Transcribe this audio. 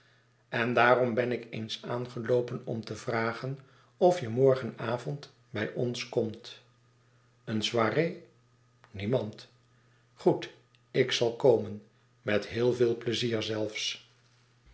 en daarom ben ik eens aangeloopen om te vragen of je morgenavond bij ons komt een soirée niemand goed ik zal komen met heel veel plezier zelfs